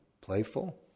playful